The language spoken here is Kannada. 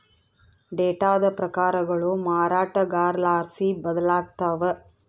ಡೇಟಾದ ಪ್ರಕಾರಗಳು ಮಾರಾಟಗಾರರ್ಲಾಸಿ ಬದಲಾಗ್ತವ